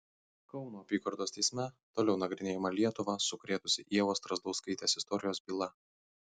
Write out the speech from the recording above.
kauno apygardos teisme toliau nagrinėjama lietuvą sukrėtusį ievos strazdauskaitės istorijos byla